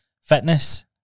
Fitness